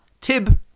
Tib